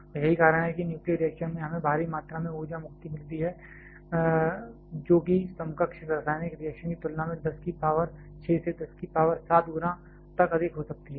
और यही कारण है कि न्यूक्लियर रिएक्शन में हमें भारी मात्रा में ऊर्जा मुक्ति मिलती है जो कि समकक्ष रासायनिक रिएक्शन की तुलना में 10 की पावर 6 से 10 की पावर 7 गुना तक अधिक हो सकती है